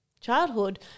childhood